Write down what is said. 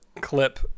clip